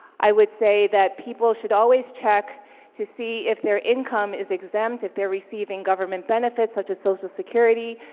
i would say that people should always check to see if their income is exempt. if they're receiving government benefits such as social security,